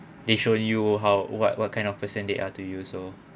they show you how what what kind of person they are to you so